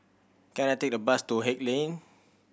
can I take a bus to Haig Lane